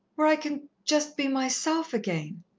where i can just be myself again